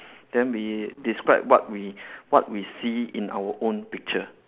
then we describe what we what we see in our own picture